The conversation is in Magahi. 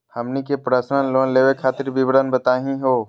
हमनी के पर्सनल लोन लेवे खातीर विवरण बताही हो?